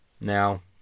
Now